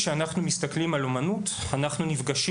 כשאנחנו מסתכלים על אומנות אנחנו נפגשים